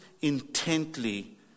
intently